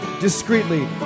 discreetly